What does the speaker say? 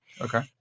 Okay